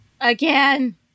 Again